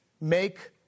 Make